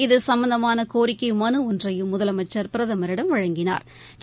இது சம்பந்தமான கோரிக்கை மலு ஒன்றையும் முதலமைச்சா் பிரதமரிடம் வழங்கினாா்